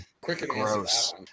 Gross